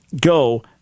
go